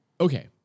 Okay